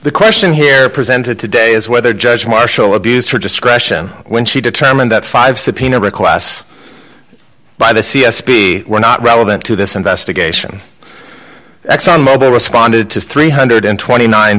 the question here presented today is whether judge marshall abused her discretion when she determined that five subpoena requests by the c s p were not relevant to this investigation exxon mobil responded to three hundred and twenty nine